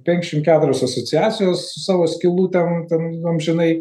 penkšim keturios asociacijos su savo skylutėm ten amžinai